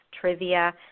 trivia